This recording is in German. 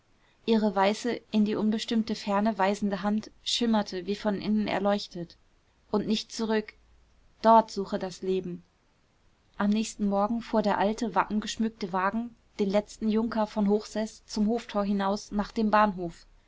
ihre weiße in die unbestimmte ferne weisende hand schimmerte wie von innen erleuchtet und nicht zurück dort suche das leben am nächsten morgen fuhr der alte wappengeschmückte wagen den letzten junker von hochseß zum hoftor hinaus nach dem bahnhof